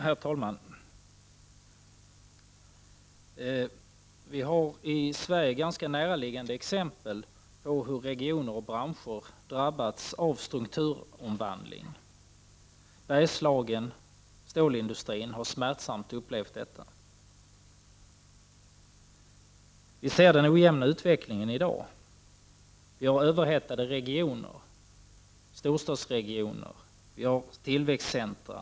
Herr talman! Vi har i Sverige ganska näraliggande exempel på hur regioner och branscher har drabbats av strukturomvandling. Bergslagen och stålindustrin har smärtsamt upplevt detta. Vi ser den ojämna utvecklingen i dag. Vi har överhettade regioner, storstadsregioner och tillväxtcentra.